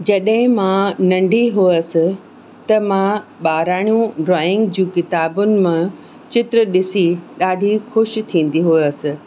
जॾहिं मां नंढी हुअसि त मां ॿाराणियूं ड्रॉइंग जूं किताबुनि मां चित्र ॾिसी ॾाढी ख़ुशि थींदी हुअसि